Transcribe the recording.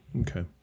okay